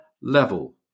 level